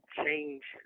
change